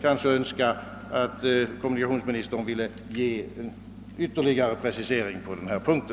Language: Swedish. Jag vore tacksam om kommunikationsministern ville ge ytterligare precisering på den här punkten.